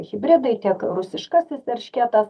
hibridai tiek rusiškasis erškėtas